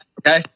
okay